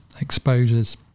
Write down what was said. exposures